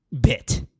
bit